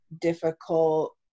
difficult